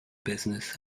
business